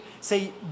say